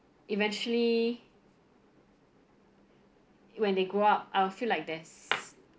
eventually when they grow up I'll feel like there's